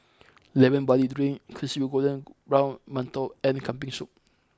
Lemon Barley Drink Crispy Golden Brown Mantou and Kambing Soup